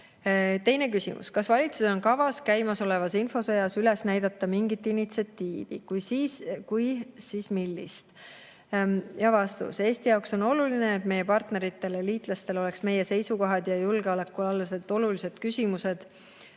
Teine küsimus: "Kas valitsusel on kavas käimasolevas infosõjas üles näidata mingit initsiatiivi? Kui, siis millist?" Vastus. Eesti jaoks on oluline, et meie partneritele ja liitlastele oleks meie seisukohad ja julgeolekualased olulised küsimused